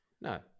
No